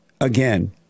again